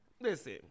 Listen